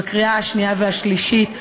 בקריאה השנייה והשלישית,